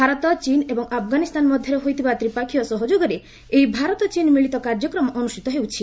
ଭାରତ ଚୀନ୍ ଏବଂ ଆଫଗାନିସ୍ତାନ ମଧ୍ୟରେ ହୋଇଥିବା ତ୍ରିପକ୍ଷୀୟ ସହଯୋଗରେ ଏହି ଭାରତ ଚୀନ୍ ମିଳିତ କାର୍ଯ୍ୟକ୍ରମ ଅନୁଷ୍ଠିତ ହେଉଛି